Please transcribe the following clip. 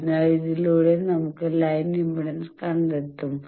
അതിനാൽ ഇതിലൂടെ നമുക്ക് ലൈൻ ഇംപെഡൻസ് കണ്ടെത്താം